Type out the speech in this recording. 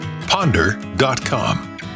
ponder.com